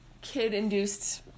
kid-induced